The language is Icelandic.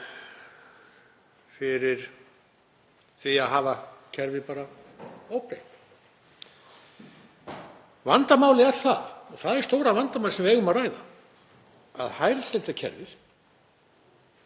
fyrir því að hafa kerfið óbreytt. Vandamálið er, og það er stóra vandamálið sem við eigum að ræða, að hælisleitendakerfið